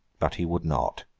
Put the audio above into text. but he would not.